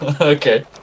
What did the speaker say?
Okay